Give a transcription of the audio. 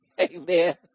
Amen